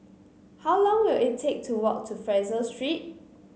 how long will it take to walk to Fraser Street